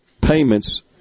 payments